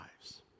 lives